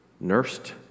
nursed